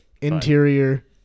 Interior